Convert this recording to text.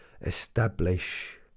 establish